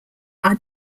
are